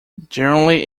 generally